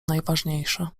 najważniejsze